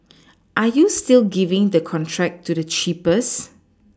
are you still giving the contract to the cheapest